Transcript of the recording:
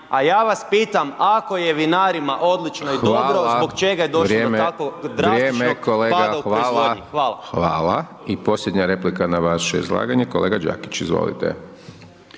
A ja vas pitam, ako je vinarima odlično i dobro, zbog čega je došlo do tako drastičnog pada u proizvodnji. Hvala. **Hajdaš Dončić, Siniša (SDP)** Vrijeme, hvala. I posljednja replika na vaše izlaganje, kolega Đakić, izvolite.